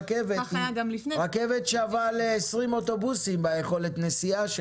הרי רכבת שווה ל-20 אוטובוסים מבחינת יכולת הנשיאה,